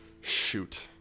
Shoot